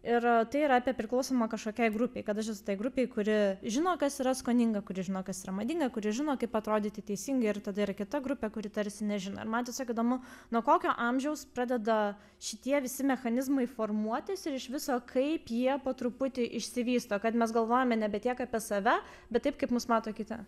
ir tai yra apie priklausymą kažkokiai grupei kad aš esu taip grupei kuri žino kas yra skoninga kuri žino kas yra madinga kuri žino kaip atrodyti teisingai ir tada yra kita grupė kuri tarsi nežino ir man tiesiog įdomu nuo kokio amžiaus pradeda šitie visi mechanizmai formuotis ir iš viso kaip jie po truputį išsivysto kad mes galvojame nebe tiek apie save bet taip kaip mus mato kiti